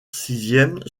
sixième